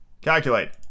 Calculate